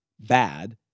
bad